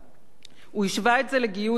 הוא השווה את זה לגיוס לצבא,